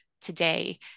today